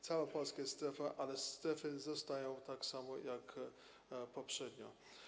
Cała Polska jest strefą, ale strefy zostają takie same jak poprzednio.